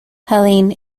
helene